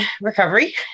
recovery